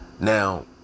now